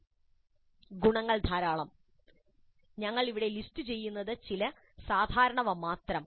ഗുണങ്ങൾ ധാരാളം ഞങ്ങൾ ഇവിടെ ലിസ്റ്റുചെയ്യുന്നത് ചില സാധാരണവ മാത്രം